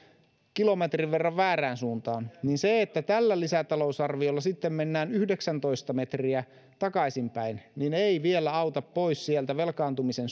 kilometrin verran väärään suuntaan niin se että tällä lisätalousarviolla sitten mennään yhdeksäntoista metriä takaisinpäin ei vielä auta pois sieltä velkaantumisen